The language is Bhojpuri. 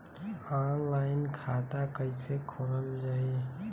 ऑनलाइन खाता कईसे खोलल जाई?